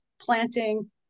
planting